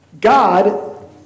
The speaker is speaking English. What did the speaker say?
God